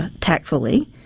tactfully